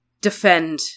defend